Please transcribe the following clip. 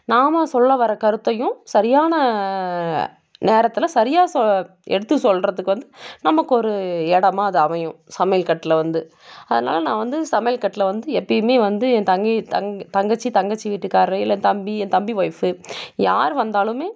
நாம சொல்ல வர கருத்தையும் சரியான நேரத்தில் சரியாக சொல்ல எடுத்து சொல்கிறதுக்கு வந்து நமக்கொரு இடமா அது அமையும் சமைய கட்டில் வந்து அதனால் நான் வந்து சமையல் கட்டில் வந்து எப்பையுமே வந்து என் என் தங்கச்சி தங்கச்சி வீட்டுக்கார் இல்லை தம்பி என் தம்பி வொய்ஃப் யாரு வந்தாலுமே